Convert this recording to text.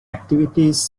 activities